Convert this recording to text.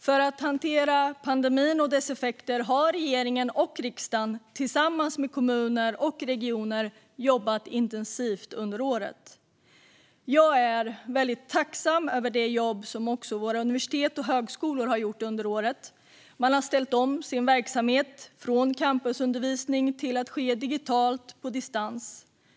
För att hantera pandemin och dess effekter har regeringen och riksdagen tillsammans med kommuner och regioner jobbat intensivt under året. Jag är väldigt tacksam över det jobb som också våra universitet och högskolor har gjort under året. Man har ställt om sin verksamhet från campusundervisning till att ske digitalt på distans.